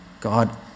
God